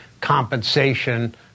compensation